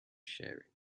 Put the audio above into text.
sharing